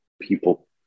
people